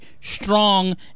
strong